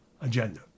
agenda